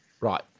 Right